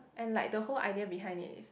and like the whole idea behind it is